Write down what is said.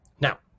now